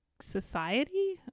society